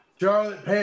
Charlotte